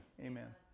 Amen